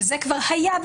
שזה כבר היה,